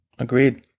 Agreed